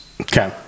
Okay